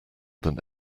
than